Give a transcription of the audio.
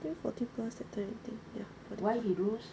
I think forty plus that time